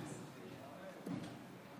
אדוני היושב-ראש,